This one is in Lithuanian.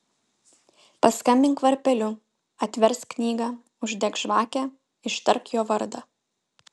paskambink varpeliu atversk knygą uždek žvakę ištark jo vardą